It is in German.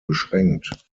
beschränkt